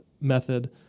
method